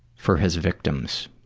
for his victims,